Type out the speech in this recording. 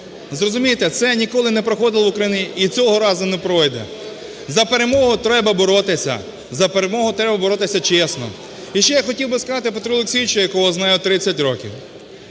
Зрозумійте, це ніколи не проходило в Україні і цього разу не пройде. За перемогу треба боротися, за перемогу треба боротися чесно. І ще я хотів би сказати Петру Олексійовичу, якого знаю 30 років: